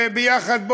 ויחד,